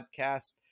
podcast